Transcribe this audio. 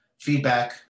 feedback